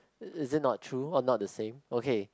is it not true or not the same okay